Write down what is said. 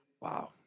Wow